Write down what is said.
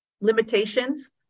limitations